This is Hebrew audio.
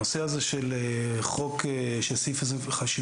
הנושא הזה של סעיף 75,